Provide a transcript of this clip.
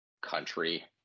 country